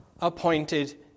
appointed